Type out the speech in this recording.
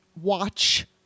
watch